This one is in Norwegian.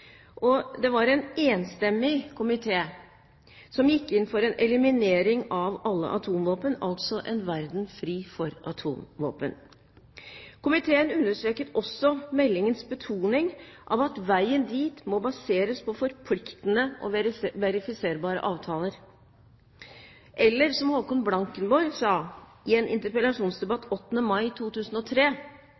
og det var en enstemmig komité som gikk inn for en eliminering av alle atomvåpen, altså en verden fri for atomvåpen. Komiteen understreket også meldingens betoning av at veien dit må baseres på forpliktende og verifiserbare avtaler. Eller som Haakon Blankenborg sa i en interpellasjonsdebatt den 8. mai 2003: